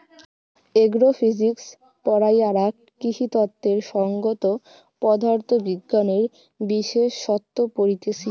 agro physics পড়াইয়ারা কৃষিতত্ত্বের সংগত পদার্থ বিজ্ঞানের বিশেষসত্ত পড়তিছে